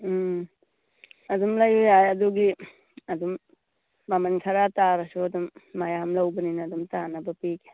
ꯎꯝ ꯑꯗꯨꯝ ꯂꯩꯎ ꯌꯥꯏ ꯑꯗꯨꯒꯤ ꯑꯗꯨꯝ ꯃꯃꯜ ꯈꯔ ꯇꯥꯔꯁꯨ ꯑꯗꯨꯝ ꯃꯌꯥꯝ ꯂꯧꯕꯅꯤꯅ ꯑꯗꯨꯝ ꯆꯥꯅꯕ ꯄꯤꯒꯦ